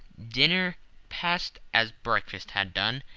dinner passed as breakfast had done,